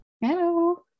Hello